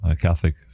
Catholic